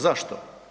Zašto?